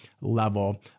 level